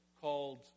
called